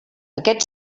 aquest